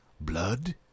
Blood